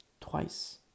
Twice